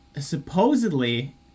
supposedly